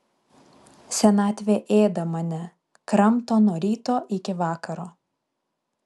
senatvė ėda mane kramto nuo ryto iki vakaro